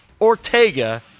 Ortega